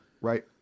right